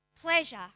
pleasure